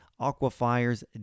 aquifers